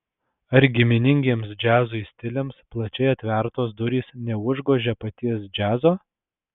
ar giminingiems džiazui stiliams plačiai atvertos durys neužgožia paties džiazo